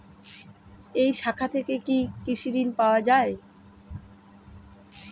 এই শাখা থেকে কি কৃষি ঋণ পাওয়া যায়?